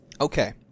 okay